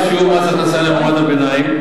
הופחת שיעור מס הכנסה למעמד הביניים.